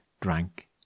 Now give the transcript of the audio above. drank